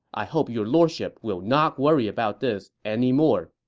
i hope your lordship will not worry about this anymore.